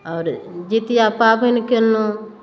आओर जितिया पाबनि केलहुँ